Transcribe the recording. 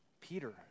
Peter